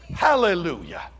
Hallelujah